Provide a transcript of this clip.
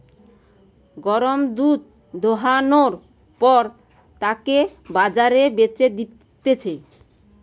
গরুর দুধ দোহানোর পর তাকে বাজারে বেচে দিতেছে